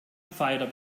pfeiler